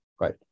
Right